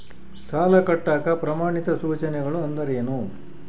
ಸಾಲ ಕಟ್ಟಾಕ ಪ್ರಮಾಣಿತ ಸೂಚನೆಗಳು ಅಂದರೇನು?